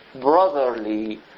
brotherly